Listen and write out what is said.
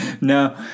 no